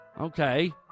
Okay